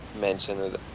mentioned